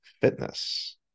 fitness